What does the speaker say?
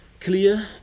clear